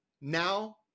now